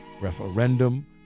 referendum